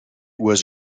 was